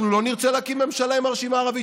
אנחנו לא נרצה להקים ממשלה עם הרשימה הערבית.